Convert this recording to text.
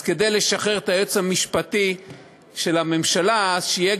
אז כדי לשחרר את היועץ המשפטי של הממשלה יהיה